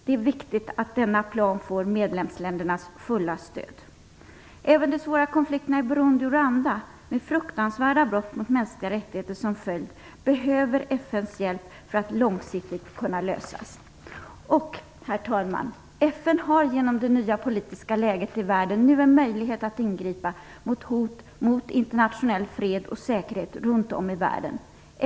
Det är viktigt att denna plan får medlemsländernas fulla stöd. Även de svåra konflikterna i Burundi och Rwanda med fruktansvärda brott mot mänskliga rättigheter som följd behöver FN:s hjälp för att långsiktigt kunna lösas. Och, herr talman, FN har genom det nya politiska läget i världen nu en möjlighet att ingripa mot hot, mot internationell fred och säkerhet runt om i världen.